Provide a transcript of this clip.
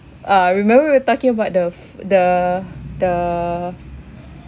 uh remember we were talking about the f~ the the